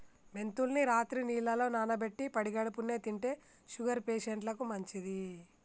మెంతుల్ని రాత్రి నీళ్లల్ల నానబెట్టి పడిగడుపున్నె తింటే షుగర్ పేషంట్లకు మంచిది